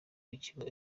w’ikigo